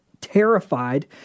terrified